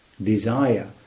desire